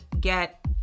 get